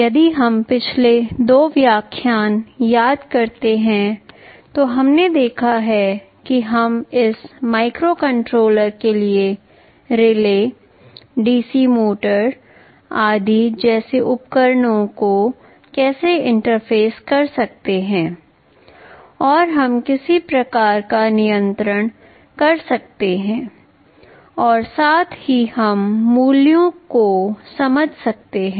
यदि हम पिछले दो व्याख्यानों में याद करते हैं कि हमने देखा है कि हम माइक्रो कंट्रोलर के लिए रिले DC मोटर्स आदि जैसे उपकरणों को कैसे इंटरफेस कर सकते हैं और हम किसी प्रकार का नियंत्रण कर सकते हैं और साथ ही हम मूल्यों को समझ सकते हैं